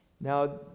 Now